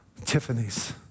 Tiffany's